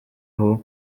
aho